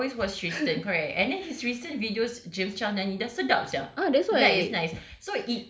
ah I always watch tristan correct and then his recent videos james charles nyanyi dia sedap sia ya it's nice